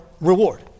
reward